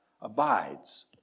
abides